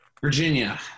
Virginia